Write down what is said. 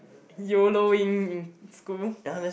Yoloing in school